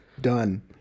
Done